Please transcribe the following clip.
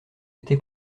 été